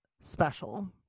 special